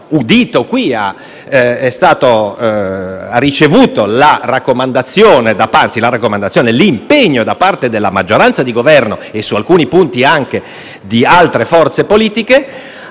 qui lei ha ricevuto la raccomandazione - anzi, l'impegno - da parte della maggioranza di Governo - e, su alcuni punti, anche di altre forze politiche